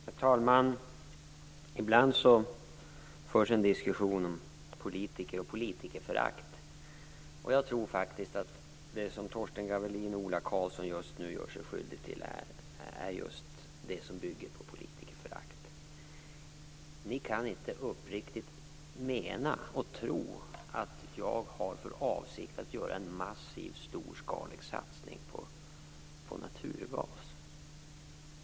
Herr talman! Ibland förs det en diskussion om politiker och politikerförakt. Jag tror att det som Torsten Gavelin och Ola Karlsson nu gör sig skyldiga till är just det som politikerföraktet bygger på. De kan inte uppriktigt mena och tro att jag har för avsikt att göra en massiv, storskalig satsning på naturgas.